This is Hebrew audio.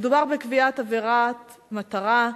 מדובר בקביעת עבירת מטרה: